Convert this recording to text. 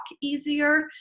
easier